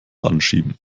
anschieben